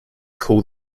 call